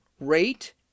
rate